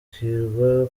bakirwa